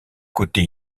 côté